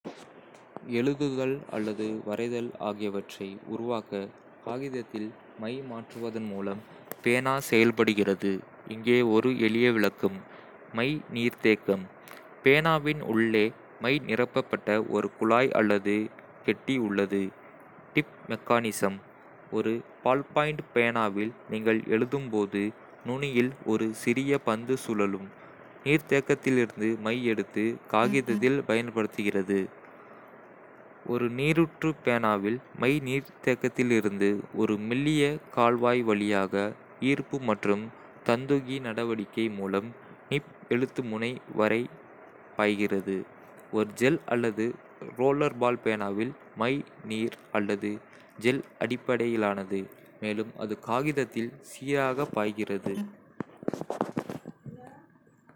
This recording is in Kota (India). எழுதுதல் அல்லது வரைதல் ஆகியவற்றை உருவாக்க காகிதத்தில் மை மாற்றுவதன் மூலம் பேனா செயல்படுகிறது. இங்கே ஒரு எளிய விளக்கம். மை நீர்த்தேக்கம் பேனாவின் உள்ளே, மை நிரப்பப்பட்ட ஒரு குழாய் அல்லது கெட்டி உள்ளது. Tip mechanism. ஒரு பால்பாயிண்ட் பேனாவில், நீங்கள் எழுதும் போது நுனியில் ஒரு சிறிய பந்து சுழலும், நீர்த்தேக்கத்திலிருந்து மை எடுத்து காகிதத்தில் பயன்படுத்துகிறது. ஒரு நீரூற்று பேனாவில், மை நீர்த்தேக்கத்திலிருந்து ஒரு மெல்லிய கால்வாய் வழியாக ஈர்ப்பு மற்றும் தந்துகி நடவடிக்கை மூலம் நிப் எழுத்து முனை வரை பாய்கிறது. ஒரு ஜெல் அல்லது ரோலர்பால் பேனாவில், மை நீர் அல்லது ஜெல் அடிப்படையிலானது, மேலும் அது காகிதத்தில் சீராக பாய்கிறது.